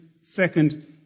second